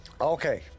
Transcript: Okay